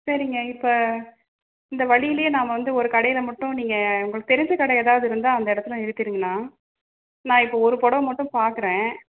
சரிங்க இப்போ இந்த வழிலையே நாம வந்து ஒரு கடையில மட்டும் நீங்கள் உங்களுக்கு தெரிஞ்ச கடை எதாவது இருந்தா அந்த இடத்துல நிறுத்திடுங்கணா நான் இப்போ ஒரு புடவ மட்டும் பார்க்கறேன்